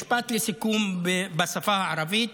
משפט לסיכום בשפה הערבית.